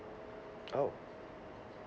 oh